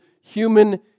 human